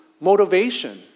motivation